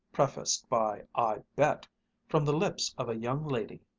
prefaced by i bet from the lips of a young lady!